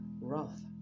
wrath